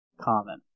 common